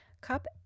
cup